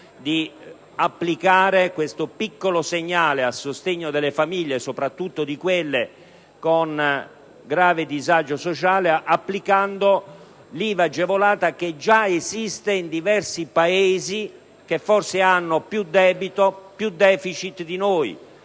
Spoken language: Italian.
di dare questo piccolo segnale a sostegno delle famiglie, soprattutto di quelle che hanno un grave disagio sociale, applicando l'IVA agevolata che già esiste in diversi Paesi, che forse hanno più deficit di noi